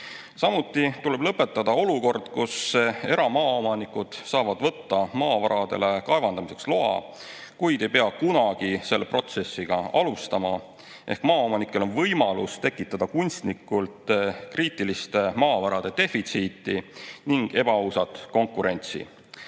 Samuti tuleb lõpetada olukord, kus eramaa omanikud saavad võtta maavaradele kaevandamiseks loa, kuid ei pea kunagi selle protsessiga alustama. Ehk maaomanikel on võimalus tekitada kunstlikult kriitiliste maavarade defitsiiti ning ebaausat konkurentsi.